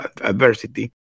adversity